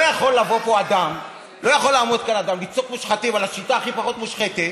לא יכול לעמוד כאן אדם ולצעוק "מושחתים" על השיטה הכי פחות מושחתת,